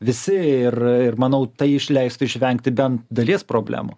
visi ir ir manau tai išleistų išvengti bent dalies problemų